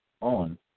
on